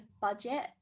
budget